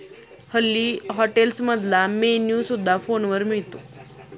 हल्ली हॉटेल्समधला मेन्यू सुद्धा फोनवर मिळतो